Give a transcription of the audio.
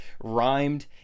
rhymed